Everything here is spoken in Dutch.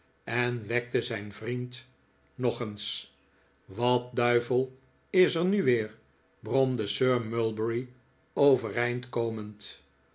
en wekte zijn vriend nog eens wat duivel is er nu weer bromde sir mulberry overeind komend